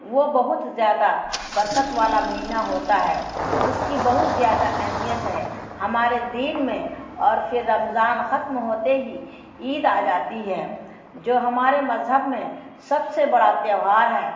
وہ بہت زیادہ برکت والا مہینہ ہوتا ہے اس کی بہت زیادہ اہمیت ہے ہمارے دین میں اور پھر رمضان ختم ہوتے ہی عید آ جاتی ہے جو ہمارے مذہب میں سب سے بڑا تہوار ہے